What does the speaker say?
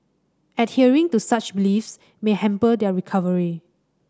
adhering to such beliefs may hamper their recovery